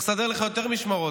צריך לסדר לך יותר משמרות.